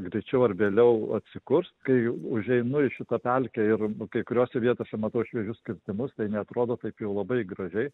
greičiau ar vėliau atsikurs kai užeinu į šitą pelkę ir kai kuriose vietose matau šviežius kirtimus tai neatrodo taip jau labai gražiai